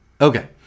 Okay